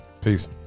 Peace